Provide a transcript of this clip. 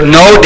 no